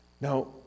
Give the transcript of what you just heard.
Now